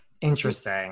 Interesting